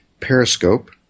Periscope